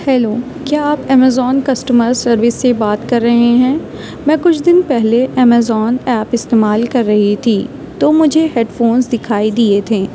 hello کیا آپ Amazon customer service سے بات کر رہے ہیں میں کچھ دن پہلے ایمیزون ایپ استعمال کر رہی تھی تو مجھے ہیڈ فونس دکھائی دیے تھے